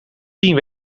tien